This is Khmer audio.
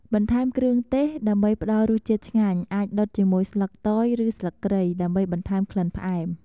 បន្ថែមគ្រឿងទេស ដើម្បីផ្តល់រសជាតិឆ្ងាញ់ អាចដុតជាមួយស្លឹកតយ ឬស្លឹកគ្រៃ ដើម្បីបន្ថែមក្លិនផ្អែម។